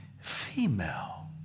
female